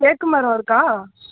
தேக்குமரம் இருக்கா